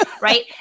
Right